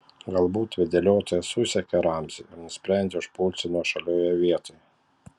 galbūt vadeliotojas susekė ramzį ir nusprendė užpulti nuošalioje vietoje